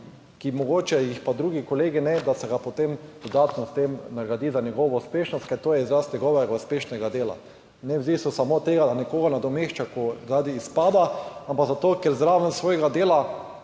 ki mogoče jih pa drugi kolegi, ne, da se ga potem dodatno s tem nagradi za njegovo uspešnost, ker to je izraz njegovega uspešnega dela. Ne / nerazumljivo/ samo od tega, da nekoga nadomešča, ko radi izpada, ampak zato, ker zraven svojega dela